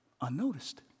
Unnoticed